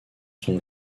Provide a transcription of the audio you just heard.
sont